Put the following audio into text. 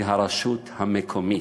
היא הרשות המקומית,